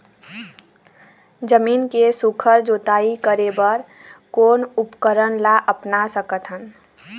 जमीन के सुघ्घर जोताई करे बर कोन उपकरण ला अपना सकथन?